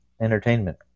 Entertainment